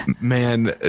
man